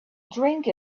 drink